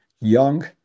young